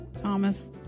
Thomas